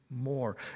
more